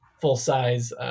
full-size